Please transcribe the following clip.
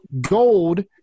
gold –